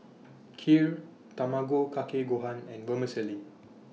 Kheer Tamago Kake Gohan and Vermicelli